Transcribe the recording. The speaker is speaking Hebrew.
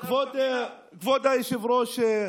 כבוד היושב-ראש,